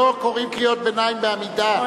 אתה יודע שלא קוראים קריאות ביניים בעמידה,